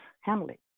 Hamlet